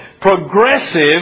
progressive